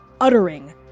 uttering